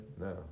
No